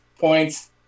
points